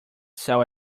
sell